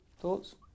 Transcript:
Thoughts